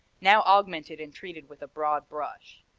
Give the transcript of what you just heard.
now augmented and treated with a broad brush.